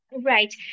Right